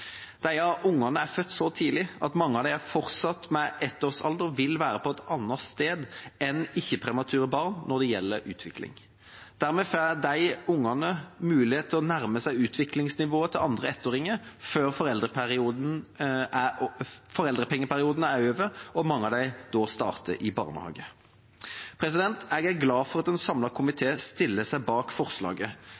De får nå mulighet til å nærme seg utviklingsnivået til andre ettåringer før foreldrepengeperioden er over og mange av dem starter i barnehage. Jeg er glad for at en